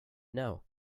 know